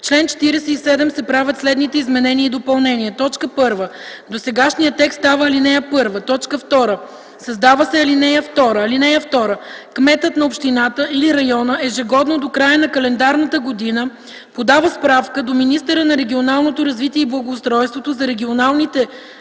чл. 47 се правят следните изменения и допълнения: 1. Досегашният текст става ал. 1. 2. Създава се ал. 2: „(2) Кметът на общината или района ежегодно до края на календарната година подава справка до министъра на регионалното развитие и благоустройството за регистрираните